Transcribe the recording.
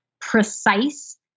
precise